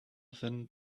than